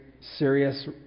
serious